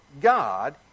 God